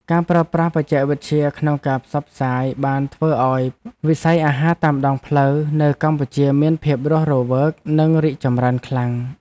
ការប្រើប្រាស់បច្ចេកវិទ្យាក្នុងការផ្សព្វផ្សាយបានធ្វើឱ្យវិស័យអាហារតាមដងផ្លូវនៅកម្ពុជាមានភាពរស់រវើកនិងរីកចម្រើនខ្លាំង។